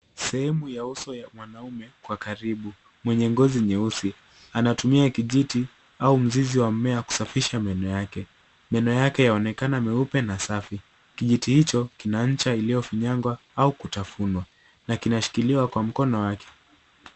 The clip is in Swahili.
Sehemu ya uso ya mwanaume kwa karibu mwenye ngozi nyeusi. Anatumia kijiti au mzizi wa mmea kusafisha meno yake. Meno yake yaonekana meupe na safi. Kijiti hicho kina ncha iliyofinyangwa au kutafunwa na kinashikiliwa kwa mkono wake.